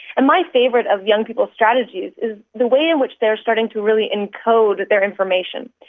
and my favourite of young people's strategies is the way in which they're starting to really encode their information.